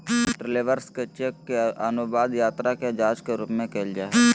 travellers cheque के अनुवाद यात्रा के जांच के रूप में कइल जा हइ